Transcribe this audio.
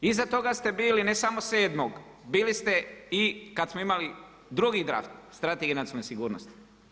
Iza toga ste bili ne samo sedmog, bili ste i kad smo imali drugi draft Strategije nacionalne sigurnosti.